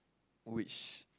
which